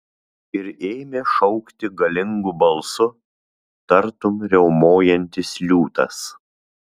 ir ėmė šaukti galingu balsu tartum riaumojantis liūtas